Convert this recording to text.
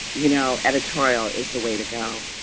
you know, editorial is the way to go